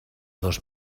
dos